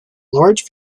large